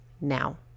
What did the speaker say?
now